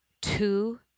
two